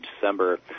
December